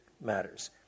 matters